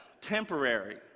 temporary